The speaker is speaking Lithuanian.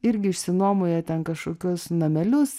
irgi išsinuomoja ten kažkokius namelius